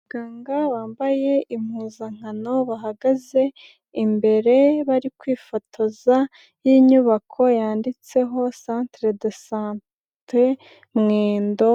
Abaganga wambaye impuzankano, bahagaze imbere bari kwifotoza, y'inyubako yanditseho Centre de sante Mwendo,